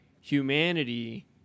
humanity